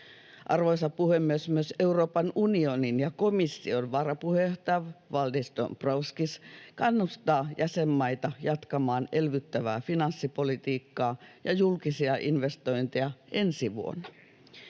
Arvoisa puhemies! Myös Euroopan unioni ja komission varapuheenjohtaja Valdis Dombrovskis kannustavat jäsenmaita jatkamaan elvyttävää finanssipolitiikkaa ja julkisia investointeja ensi vuonna.